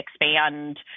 expand